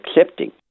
accepting